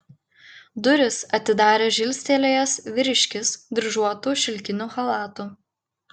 duris atidarė žilstelėjęs vyriškis dryžuotu šilkiniu chalatu